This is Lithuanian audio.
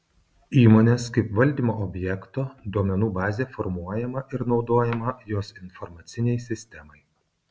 įmonės kaip valdymo objekto duomenų bazė formuojama ir naudojama jos informacinei sistemai